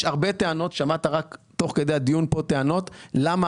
יש הרבה טענות שמעת רק תוך כדי הדיון כאן טענות למה